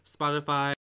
Spotify